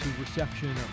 Reception